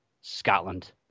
Scotland